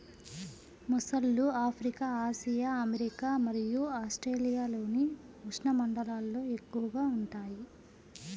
మొసళ్ళు Africa, Asia, America మరియు ఆస్ట్రేలియాలోని ఉష్ణమండలాల్లో ఎక్కువగా ఉంటాయి